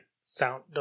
Sound